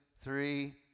three